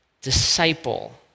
disciple